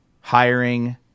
hiring